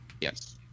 Yes